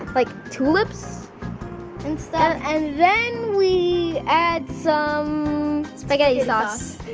like, tulips and stuff and then we add some spaghetti sauce